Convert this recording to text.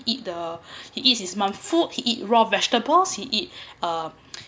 eat the he eats his mum foods he eat raw vegetables he eat uh